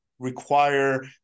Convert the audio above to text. require